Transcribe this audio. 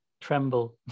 tremble